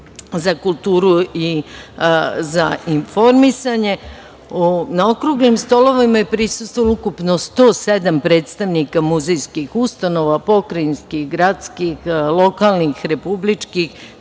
za kulturu i informisanje. Na okruglim stolovima je prisustvovalo 107 predstavnika muzejskih ustanova, pokrajinskih, gradskih, lokalnih, republičkih,